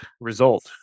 result